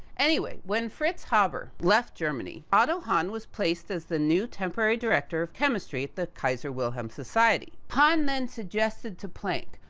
anyway, when fritz haber, left germany, otto hahn was placed as the new temporary director of chemistry at the kaiser wilhelm society. hahn then suggested to planck,